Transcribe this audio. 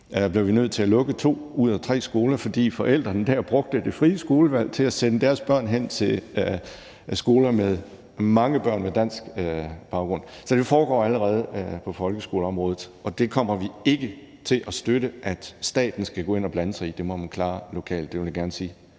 Vollsmose nødt til at lukke to ud af tre skoler, fordi forældrene der brugte det frie skolevalg til at sende deres børn hen til skoler med mange børn med dansk baggrund. Så det foregår allerede på folkeskoleområdet. Og vi kommer ikke til at støtte, at staten skal gå ind og blande sig i det. Det må man klare lokalt. Det vil jeg gerne sige